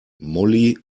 molly